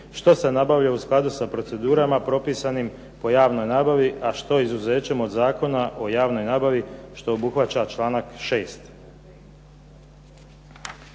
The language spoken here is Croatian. što se nabavlja u skladu sa procedurama propisanim po javnoj nabavi a što izuzećem od zakona o javnoj nabavi što obuhvaća članak 6.!